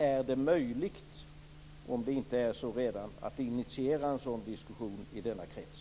Är det möjligt, om det inte redan är så, att initiera en sådan diskussion i denna krets?